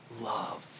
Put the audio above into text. love